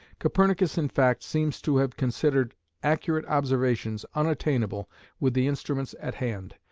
copernicus in fact seems to have considered accurate observations unattainable with the instruments at hand.